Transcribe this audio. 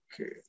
okay